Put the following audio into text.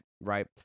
right